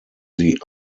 sie